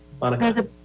Monica